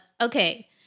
Okay